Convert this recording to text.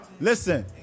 listen